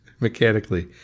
Mechanically